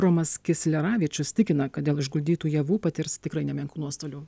romas kisleravičius tikina kad dėl išguldytų javų patirs tikrai nemenkų nuostolių